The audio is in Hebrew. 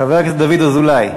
חבר הכנסת דוד אזולאי,